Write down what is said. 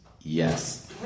yes